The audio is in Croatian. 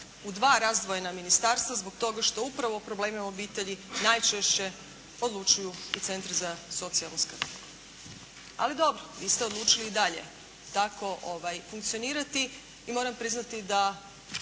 u dva razdvojena ministarstva zbog toga što upravo o problemima obitelji najčešće odlučuju i centri za socijalnu skrb. Ali dobro, vi ste odlučili i dalje tako funkcionirati. I moram priznati da